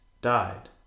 died